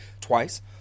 twice